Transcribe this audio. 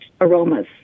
aromas